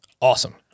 awesome